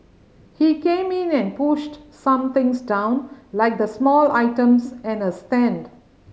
he came in and pushed some things down like the small items and a stand